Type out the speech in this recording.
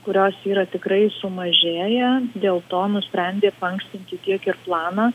kurios yra tikrai sumažėję dėl to nusprendė paankstinti tiek ir planą